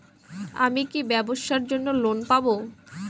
আমি কি ব্যবসার জন্য লোন পাব?